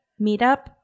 meetup